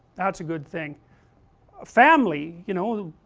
that's a good thing, a family, you know,